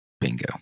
Bingo